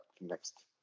next